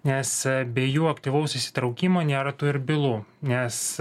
nes be jų aktyvaus įsitraukimo nėra tų ir bylų nes